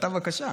בבקשה.